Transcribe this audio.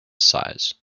size